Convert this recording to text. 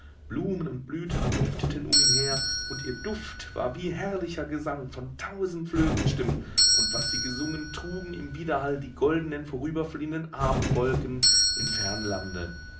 blumen und blüten dufteten um ihn her und ihr duft war wie herrlicher gesang von tausend flötenstimmen und was sie gesungen trugen im widerhall die goldenen vorüberfliehenden abendwolken in ferne lande